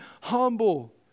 humble